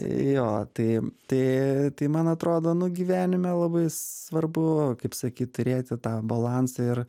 jo tai tai tai man atrodo nu gyvenime labai svarbu kaip sakyt turėti tą balansą ir